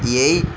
eight